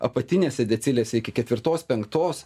apatinėse decilėse iki ketvirtos penktos